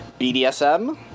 BDSM